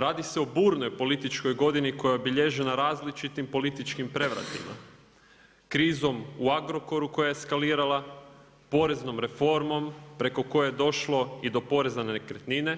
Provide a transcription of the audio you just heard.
Radi se o burnoj političkoj godini koja je obilježena različitim političkim prevratima, krizom u Agrokoru koja je eskalirala, poreznom reformom preko koje je došlo i do poreza na nekretnine,